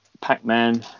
Pac-Man